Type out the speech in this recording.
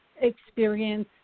experience